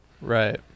Right